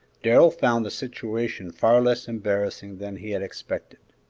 darrell found the situation far less embarrassing than he had expected.